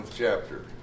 chapter